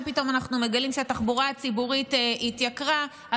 כשפתאום אנחנו מגלים שהתחבורה הציבורית התייקרה,